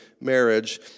marriage